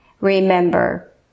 Remember